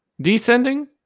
descending